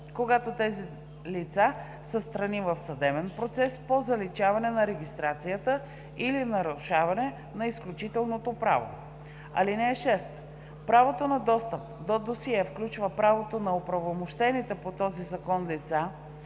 когато тези лица са страни в съдебен процес по заличаване на регистрацията или нарушаване на изключителното право. (6) Правото на достъп до досие включва правото на оправомощените по този закон лица